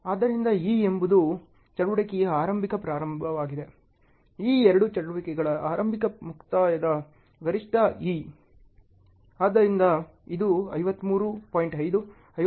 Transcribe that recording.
ಆದ್ದರಿಂದ ಇ ಎಂಬುದು ಚಟುವಟಿಕೆಯ ಆರಂಭಿಕ ಪ್ರಾರಂಭವಾಗಿದೆ ಈ ಎರಡು ಚಟುವಟಿಕೆಗಳ ಆರಂಭಿಕ ಮುಕ್ತಾಯದ ಗರಿಷ್ಠ ಇ ಆದ್ದರಿಂದ ಇದು 53